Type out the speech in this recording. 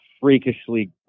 freakishly